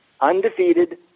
undefeated